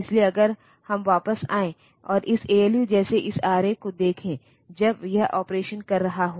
इसलिए अगर हम वापस आएँ और इस ALU जैसे इस आरेख को देखें जब यह ऑपरेशन कर रहा हो